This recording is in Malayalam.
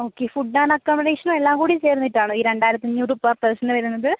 ഓക്കേ ഫുഡ്ഡ് ആൻഡ് അക്കൊമഡേഷനും എല്ലാം കൂടി ചേർന്നിട്ടാണോ ഈ രണ്ടായിരത്തിയഞ്ഞൂറ് പെർ പേഴ്സണ് വരുന്നത്